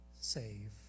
save